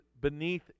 beneath